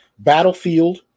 battlefield